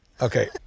okay